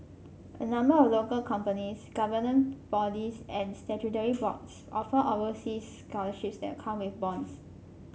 a number of local companies government bodies and statutory boards offer overseas scholarships that come with bonds